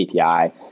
API